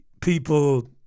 people